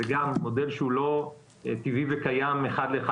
גם זה מודל שהוא לא טבעי וקיים אחד לאחד